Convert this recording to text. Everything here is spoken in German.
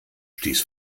stieß